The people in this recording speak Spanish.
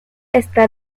está